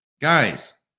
guys